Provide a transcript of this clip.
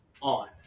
on